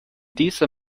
dieser